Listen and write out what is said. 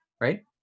Right